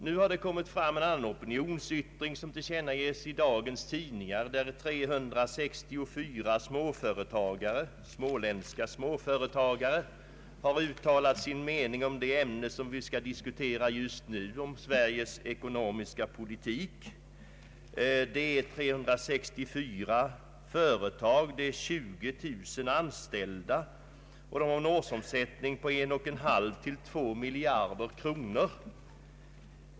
Nu har det kommit fram en annan opinionsyttring, som tillkännages i dagens tidningar — 364 småländska småföretagare har uttalat sin mening om det ämne vi nu skall diskutera, nämligen Sveriges ekonomiska politik. Det är 364 företag med 20 000 anställda och en årsomsättning på 1,5 till 2 miljarder kronor.